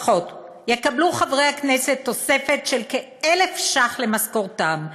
פחות יקבלו חברי הכנסת תוספת של כ-1,000 שקלים למשכורתם.